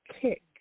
kick